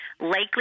likely